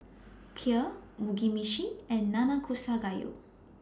Kheer Mugi Meshi and Nanakusa Gayu